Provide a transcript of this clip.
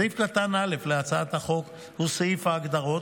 סעיף קטן (א) להצעת החוק הוא סעיף ההגדרות,